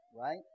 Right